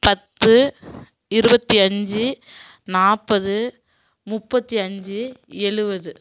பத்து இருபத்தி அஞ்சு நாற்பது முப்பத்து அஞ்சு எழுபது